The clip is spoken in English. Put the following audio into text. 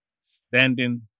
standing